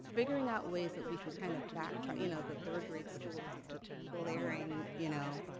figuring out ways that we can kind of backtrack, you know, the third grade scores, it's a glaring, you know,